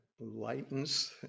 lightens